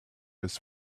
his